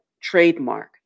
trademark